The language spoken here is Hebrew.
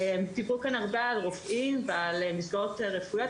דיברו כאן הרבה על רופאים ועל מסגרות רפואיות,